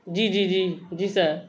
جی جی جی جی سر